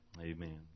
amen